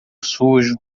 sujo